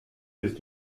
ist